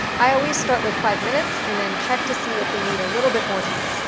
i always start with five minutes and then, check to see if they need a little bit more time.